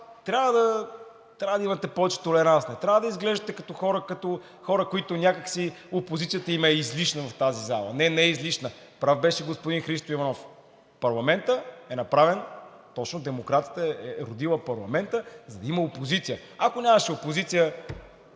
трябва да имате повече толеранс. Не трябва да изглеждате като хора, на които някак си опозицията им е излишна в тази зала. Не, не е излишна. Прав беше господин Христо Иванов, че точно демокрацията е родила парламента, за да има опозиция. Ако нямаше опозиция,